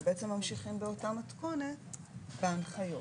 אבל בעצם ממשיכים באותה מתכונת בהנחיות